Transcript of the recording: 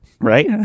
right